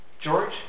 George